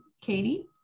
Katie